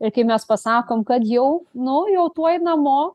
ir kai mes pasakom kad jau nu jau tuoj namo